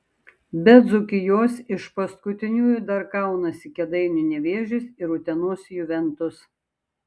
be dzūkijos iš paskutiniųjų dar kaunasi kėdainių nevėžis ir utenos juventus